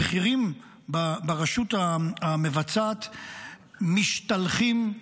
הבכירים ברשות המבצעת משתלחים,